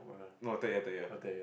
no third year third year